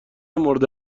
مورد